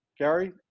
Gary